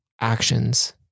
actions